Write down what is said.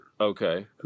Okay